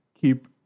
Keep